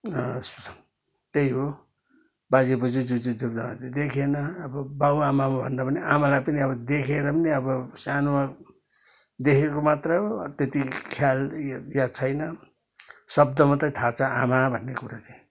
त्यही हो बाजे बोज्यू जुजू जुमा त देखेन अब बाउ आमा भन्दा पनि आमालाई पनि देखेर पनि अब सानोमा देखेको मात्र हो त्यति ख्याल यो याद छैन शब्द मात्रै थाहा छ आमा भन्ने कुरा चाहिँ